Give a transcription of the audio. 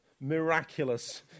miraculous